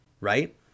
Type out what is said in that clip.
right